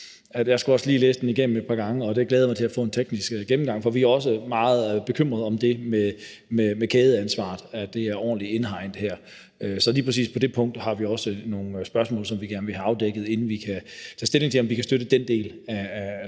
jeg også lige skulle læse den igennem et par gange, og der glæder jeg mig til at få en teknisk gennemgang. For vi er her også meget bekymrede for, om det med kædeansvaret er ordentligt indhegnet. Så lige præcis på det punkt har vi også nogle spørgsmål, som vi gerne vil have afdækket, inden vi kan tage stilling til, om vi også kan støtte den del af